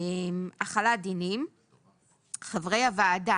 החלת דינים 9מ. חברי הוועדה,